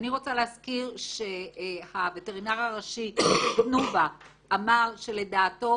אני רוצה להזכיר שהווטרינר הראשי של תנובה אמר שלדעתו